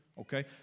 Okay